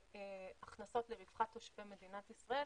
הכנסות לרווחת תושבי מדינת ישראל.